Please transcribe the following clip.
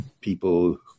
people